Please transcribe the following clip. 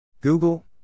Google